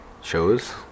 shows